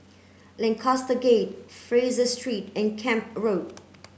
Lancaster Gate Fraser Street and Camp Road